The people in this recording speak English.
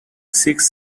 six